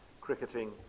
cricketing